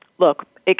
Look